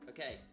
Okay